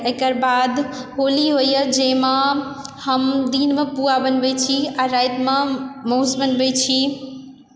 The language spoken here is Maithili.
एकरबाद होली होइए जैमे हम दिनमे पुआ बनबय छी आओर रातिमे माउस बनबय छी